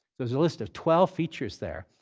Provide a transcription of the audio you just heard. there's a list of twelve features there,